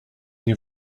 nie